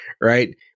right